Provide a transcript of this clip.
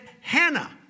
Hannah